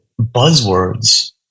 buzzwords